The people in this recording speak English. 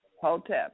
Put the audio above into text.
Hotel